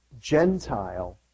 Gentile